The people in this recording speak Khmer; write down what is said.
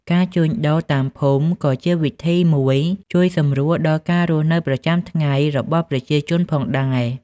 ការជួញដូរតាមភូមិក៏ជាវិធីមួយជួយសម្រួលដល់ការរស់នៅប្រចាំថ្ងៃរបស់ប្រជាជនផងដែរ។